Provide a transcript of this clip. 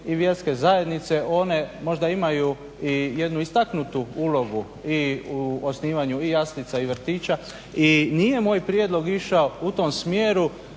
i vjerske zajednice, one možda imaju i jednu istaknutu ulogu u osnivanju i jaslica i vrtića i nije moj prijedlog išao u tom smjeru